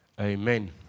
Amen